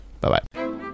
bye-bye